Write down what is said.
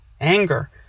anger